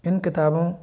इन किताबों